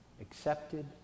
accepted